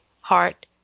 heart